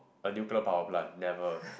a nuclear power plant never